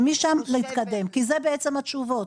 ומשם להתקדם, כי שם בעצם התשובות.